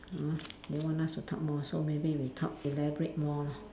uh they want us to talk more so maybe we talk elaborate more lor